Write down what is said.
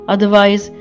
Otherwise